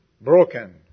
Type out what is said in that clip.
broken